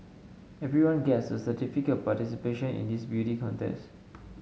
everyone gets a certificate of participation in this beauty contest